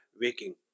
waking